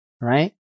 Right